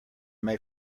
may